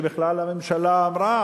שהממשלה אמרה,